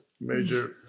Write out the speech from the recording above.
major